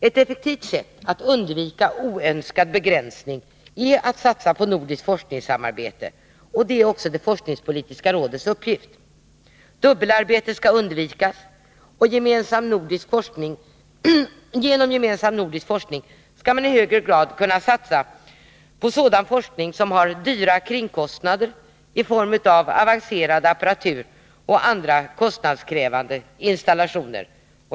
Ett effektivt sätt att undvika oönskad begränsning är att satsa på nordiskt forskningssamarbete, och det är också det forskningspolitiska rådets uppgift. Dubbelarbete skall undvikas, och genom gemensam nordisk forskning skall man i högre grad kunna satsa på sådan forskning som har höga kringkostnader i form av avancerad apparatur och andra kostnadskrävande installationer.